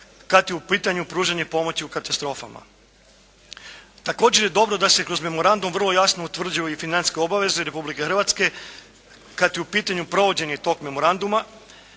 kad je u pitanju pružanje pomoći u katastrofama. Također je dobro da se kroz memorandum vrlo jasnu utvrđuju i financijske obaveze Republike Hrvatske kad je u pitanju provođenje tog memoranduma,